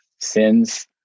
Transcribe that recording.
sins